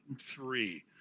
three